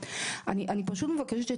אני פשוט מבקשת,